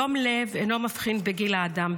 דום לב אינו מבחין בגיל האדם,